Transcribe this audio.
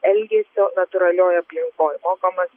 elgesio natūralioj aplinkoj mokomas